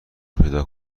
پیدا